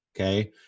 Okay